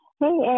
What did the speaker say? Hey